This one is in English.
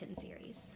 series